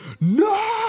no